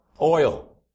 oil